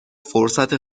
فرصت